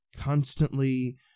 constantly